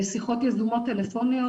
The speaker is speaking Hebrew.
שיחות יזומות טלפוניות,